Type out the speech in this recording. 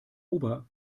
ober